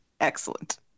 excellent